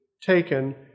taken